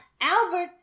Albert